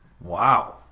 Wow